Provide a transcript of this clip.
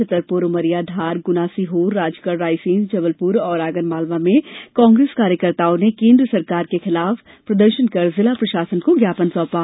छतरपुर उमरिया धार गुना सीहोर सागरखरगौन राजगढ़ रायसेन जबलपुर और आगरमालवा में कांग्रेस कार्यकर्ताओं ने केन्द्र सरकार के खिलाफ प्रदर्शन कर जिला प्रशासन को ज्ञापन सौंपा